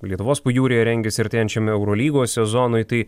lietuvos pajūryje rengiasi artėjančiam eurolygos sezonui tai